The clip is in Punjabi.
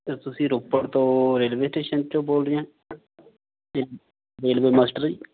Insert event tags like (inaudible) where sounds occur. (unintelligible) ਤੁਸੀਂ ਰੋਪੜ ਤੋਂ ਰੇਲਵੇ ਸਟੇਸ਼ਨ 'ਚੋਂ ਬੋਲ ਰਹੇ ਆ (unintelligible) ਰੇਲਵੇ ਮਾਸਟਰ ਜੀ